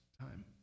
time